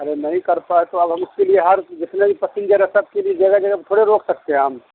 ارے نہیں کر پائے تو اب ہم اس کے لیے ہر جتنے بھی پسینجر ہے سب کے لیے جگہ جگہ پہ تھوڑے روک سکتے ہیں ہم